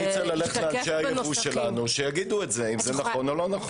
אני צריך ללכת לאנשי הייבוא שלנו שיגידו אם זה נכון או לא.